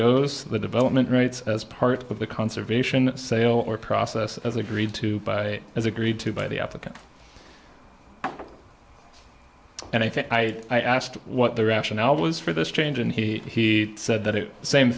goes the development rights as part of the conservation sale or process as agreed to by as agreed to by the africa and i think i asked what the rationale was for this change and he said that it